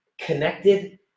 connected